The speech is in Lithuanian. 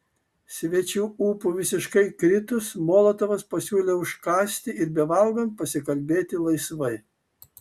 svečių ūpui visiškai kritus molotovas pasiūlė užkąsti ir bevalgant pasikalbėti laisvai